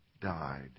died